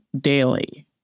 daily